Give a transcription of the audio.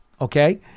Okay